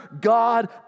God